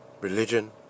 Religion